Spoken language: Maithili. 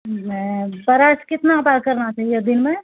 मे ब्रश कितना बार करना चाहिए दिनमे